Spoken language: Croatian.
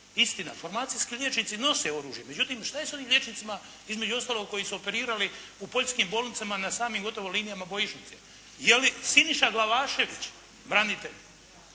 Istina, formacijski liječnici nose oružje, međutim šta je sa onim liječnicima između ostaloga koji su operirali u poljskim bolnicama na samim gotovo linijama bojišnice? Je li Siniša Glavašević branitelj?